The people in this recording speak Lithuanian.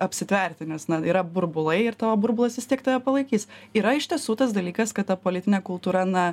apsitverti nes na yra burbulai ir tavo burbulas vis tiek tave palaikys yra iš tiesų tas dalykas kad ta politinė kultūra na